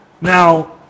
Now